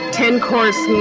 ten-course